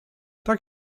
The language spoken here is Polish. tak